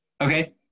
Okay